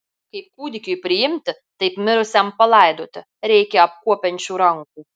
kaip kūdikiui priimti taip mirusiam palaidoti reikia apkuopiančių rankų